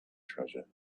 treasure